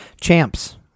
Champs